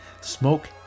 Smoke